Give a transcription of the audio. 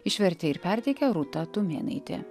išvertė ir perteikė rūta tumėnaitė